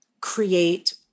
create